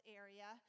area